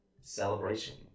Celebration